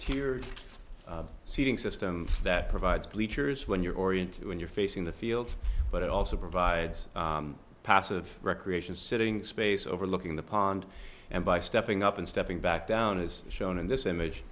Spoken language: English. tiered seating system that provides bleachers when you're oriented when you're facing the field but it also provides passive recreation sitting space overlooking the pond and by stepping up and stepping back down as shown in this image